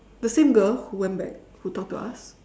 the same girl who went back who talked to us